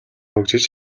хөгжиж